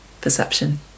perception